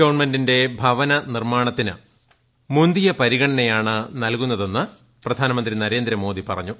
government ഭവനനിർമ്മാണത്തിന് മുന്തിയ പരിഗണനയാണ് നൽകുന്നതെന്ന് പ്രധാനമന്ത്രി നരേന്ദ്രമോദി പറഞ്ഞു